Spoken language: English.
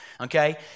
Okay